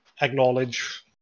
acknowledge